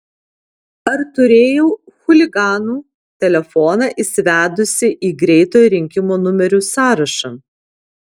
ar turėjau chuliganų telefoną įsivedusi į greitojo rinkimo numerių sąrašą